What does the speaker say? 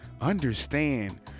understand